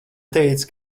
teica